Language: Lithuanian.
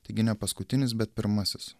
taigi ne paskutinis bet pirmasis